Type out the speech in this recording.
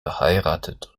verheiratet